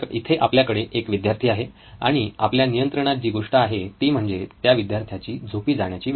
इथे आपल्याकडे एक विद्यार्थी आहे आणि आपल्या नियंत्रणात जी गोष्ट आहे ती म्हणजे त्या विद्यार्थ्याची झोपी जाण्याची वेळ